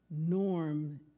norm